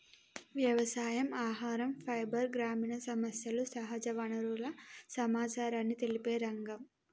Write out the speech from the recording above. వ్యవసాయం, ఆహరం, ఫైబర్, గ్రామీణ సమస్యలు, సహజ వనరుల సమచారాన్ని తెలిపే రంగం